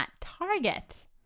Target